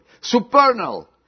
Supernal